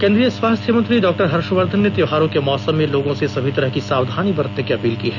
केंद्रीय स्वास्थ्य मंत्री डॉक्टर हर्षवर्धन ने त्योहारों के मौसम में लोगों से सभी तरह की सावधानी बरतने की अपील की है